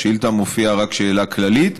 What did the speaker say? בשאילתה מופיעה רק שאלה כללית.